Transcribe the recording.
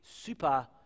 super